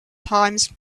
times